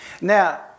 Now